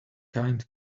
kind